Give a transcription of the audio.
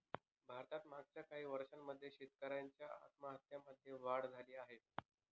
भारतात मागच्या काही वर्षांमध्ये शेतकऱ्यांच्या आत्महत्यांमध्ये वाढ झाली आहे